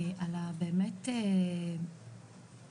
על באמת